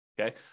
okay